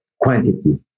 quantity